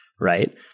Right